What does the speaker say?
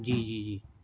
جی جی جی